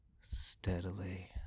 steadily